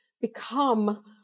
become